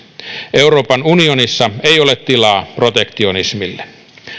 euroopan unionissa ei ole tilaa protektionismille